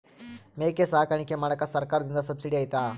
ಮೇಕೆ ಸಾಕಾಣಿಕೆ ಮಾಡಾಕ ಸರ್ಕಾರದಿಂದ ಸಬ್ಸಿಡಿ ಐತಾ?